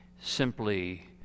simply